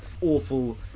awful